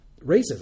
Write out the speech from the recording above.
racism